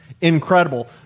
incredible